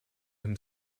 him